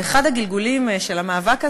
באחד הגלגולים של המאבק הזה,